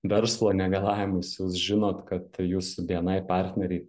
verslo negalavimais jūs žinot kad jūsų bni partneriai